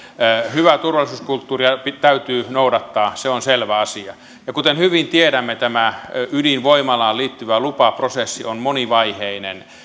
hyvää turvallisuuskulttuuria täytyy noudattaa se on selvä asia ja kuten hyvin tiedämme tämä ydinvoimalaan liittyvä lupaprosessi on monivaiheinen